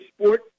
sport